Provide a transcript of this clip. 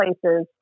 places